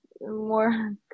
more